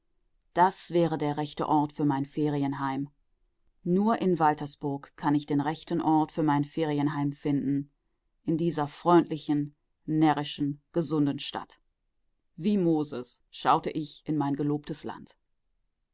das wäre der rechte ort für mein ferienheim nur in waltersburg kann ich den rechten ort für mein ferienheim finden in dieser freundlichen närrischen gesunden stadt wie moses schaute ich in mein gelobtes land